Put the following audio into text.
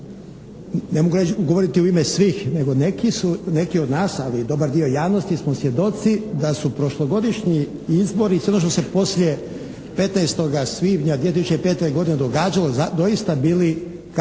ne mogu ja govoriti u ime svih, nego neki su, neki od nas, ali dobar dio javnosti smo svjedoci da su prošlogodišnji izbori i sve ono što se poslije 15. svibnja 2005. godine događalo, doista bili kap